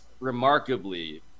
remarkably